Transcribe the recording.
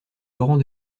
laurent